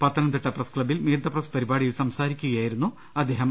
പത്ത നംതിട്ട പ്രസ്ക്ലബ്ബിൽ meet the press പരിപാടിയിൽ സംസാരിക്കുക യായിരുന്നു അദ്ദേഹം